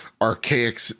archaic